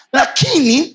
lakini